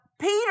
Peter